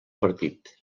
partit